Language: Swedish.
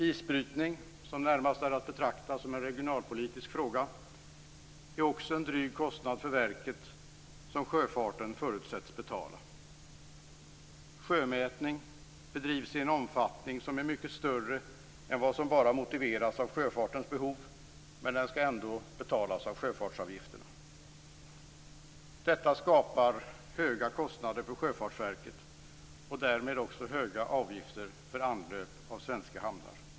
Isbrytning, som närmast är att betrakta som en regionalpolitisk fråga, är också en dryg kostnad för verket som sjöfarten förutsätts betala. Sjömätning bedrivs i en omfattning som är mycket större än vad som bara motiveras av sjöfartens behov, men den skall ändå betalas med sjöfartsavgifterna. Detta skapar höga kostnader för Sjöfartsverket och därmed också höga avgifter för anlöp av svenska hamnar.